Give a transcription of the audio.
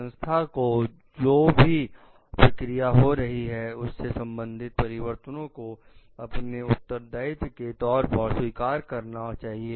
संस्था को जो भी प्रक्रिया हो रही है उससे संबंधित परिवर्तनों को अपने उत्तरदायित्व के तौर पर स्वीकार करना चाहिए